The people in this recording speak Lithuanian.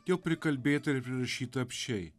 jau prikalbėta ir prirašyta apsčiai